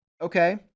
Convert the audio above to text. okay